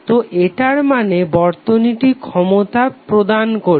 তো এটার মানে বর্তনীটি ক্ষমতা প্রদান করছে